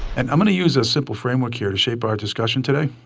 and i'm gonna use a simple framework here to shape our discussion today.